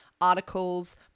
articles